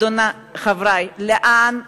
חברי, לאן